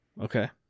Okay